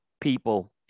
people